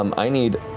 um i need